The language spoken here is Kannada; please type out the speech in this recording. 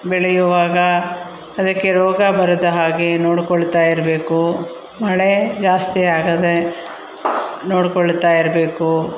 ಬೆಳೆಯುವಾಗ ಅದಕ್ಕೆ ರೋಗ ಬರದ ಹಾಗೆ ನೋಡ್ಕೊಳ್ಳುತ್ತಾ ಇರಬೇಕು ಮಳೆ ಜಾಸ್ತಿ ಆಗದೇ ನೋಡ್ಕೊಳ್ಳುತ್ತಾ ಇರಬೇಕು